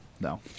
no